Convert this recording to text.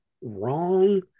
wrong